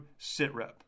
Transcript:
SITREP